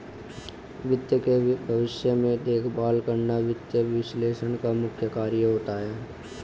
वित्त के भविष्य में देखभाल करना वित्त विश्लेषक का मुख्य कार्य होता है